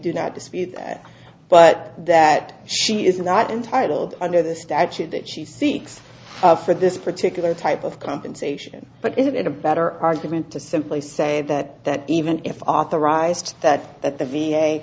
do not dispute that but that she is not entitled under the statute that she seeks for this particular type of compensation but is it a better argument to simply say that that even if authorized that that the v